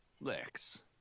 Lex